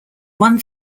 one